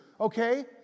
okay